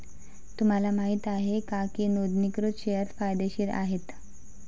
तुम्हाला माहित आहे का की नोंदणीकृत शेअर्स फायदेशीर आहेत?